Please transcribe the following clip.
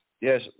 yes